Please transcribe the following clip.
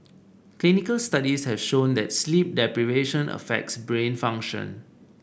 clinical studies have shown that sleep deprivation affects brain function